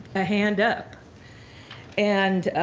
a hand up and